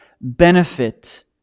benefit